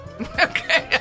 Okay